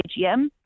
AGM